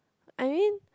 I mean